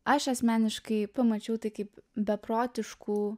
aš asmeniškai pamačiau tai kaip beprotiškų